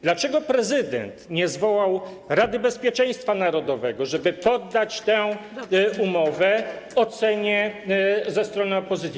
Dlaczego prezydent nie zwołał Rady Bezpieczeństwa Narodowego, żeby poddać tę umowę ocenie ze strony opozycji.